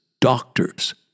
doctors